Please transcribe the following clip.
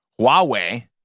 Huawei